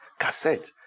cassettes